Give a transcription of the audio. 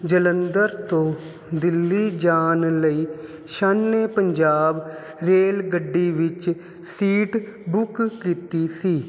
ਜਲੰਧਰ ਤੋਂ ਦਿੱਲੀ ਜਾਣ ਲਈ ਸ਼ਾਨੇ ਪੰਜਾਬ ਰੇਲ ਗੱਡੀ ਵਿੱਚ ਸੀਟ ਬੁੱਕ ਕੀਤੀ ਸੀ